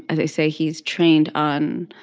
as i say, he's trained on